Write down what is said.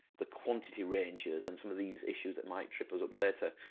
the quantity ranges and some of these issues that might trip us up later,